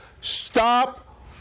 Stop